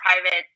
private